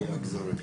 מגדרי.